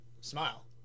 Smile